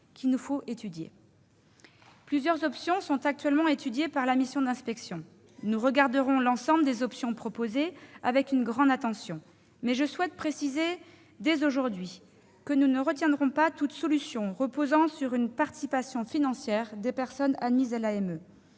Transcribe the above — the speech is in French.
Plusieurs options sont actuellement étudiées par la mission d'inspection. Nous regarderons l'ensemble des options proposées avec une grande attention, mais je souhaite préciser dès aujourd'hui que nous ne retiendrons pas la solution d'une participation financière des personnes admises à l'AME